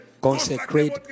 consecrate